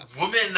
Woman